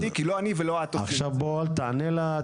כי לא אני ולא את עכשיו אל תענה לה,